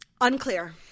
Unclear